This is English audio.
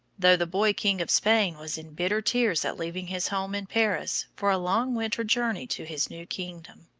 though the boy-king of spain was in bitter tears at leaving his home in paris for a long winter journey to his new kingdom.